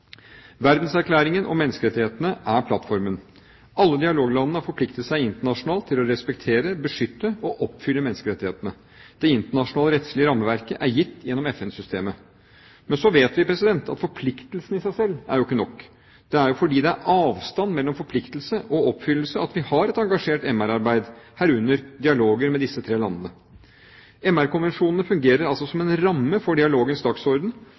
Verdenserklæringen om menneskerettighetene er plattformen. Alle dialoglandene har forpliktet seg internasjonalt til å respektere, beskytte og oppfylle menneskerettighetene. Det internasjonale rettslige rammeverket er gitt gjennom FN-systemet. Men så vet vi at forpliktelsen i seg selv ikke er nok. Det er jo fordi det er avstand mellom forpliktelse og oppfyllelse at vi har et engasjert MR-arbeid, herunder dialoger med disse tre landene. MR-konvensjonene fungerer altså som en ramme for dialogenes dagsorden